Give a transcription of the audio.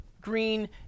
green